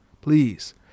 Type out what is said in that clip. Please